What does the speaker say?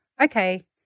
Okay